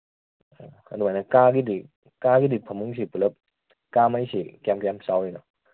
ꯑꯗꯨꯃꯥꯏꯅ ꯀꯥꯒꯤꯗꯤ ꯀꯥꯒꯤꯗꯤ ꯐꯃꯨꯡꯁꯤ ꯄꯨꯂꯞ ꯀꯥꯃꯩꯁꯤ ꯀ꯭ꯌꯥꯝ ꯀ꯭ꯌꯥꯝ ꯆꯥꯎꯋꯤꯅꯣ